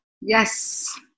Yes